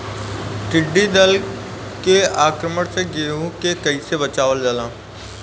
टिडी दल के आक्रमण से गेहूँ के कइसे बचावल जाला?